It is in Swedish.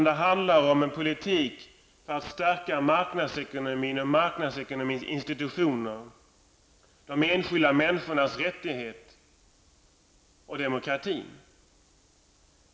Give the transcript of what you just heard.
Den handlar om en politik för att stärka marknadsekonomin och dess institutioner, de enskilda människornas rättigheter och demokratin.